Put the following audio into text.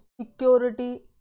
security